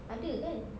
ada kan